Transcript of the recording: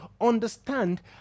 Understand